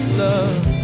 love